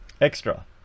extra